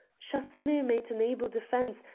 chasseneux made an able defence,